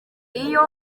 iyo